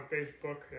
Facebook